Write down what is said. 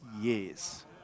years